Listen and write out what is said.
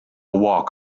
walk